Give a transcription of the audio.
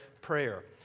prayer